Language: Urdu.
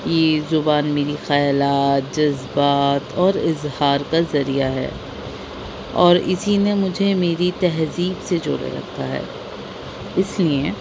یہ زبان میرے خیالات جذبات اور اظہار کا ذریعہ ہے اور اسی نے مجھے میری تہذیب سے جوڑے رکھا ہے اس لیے